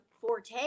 forte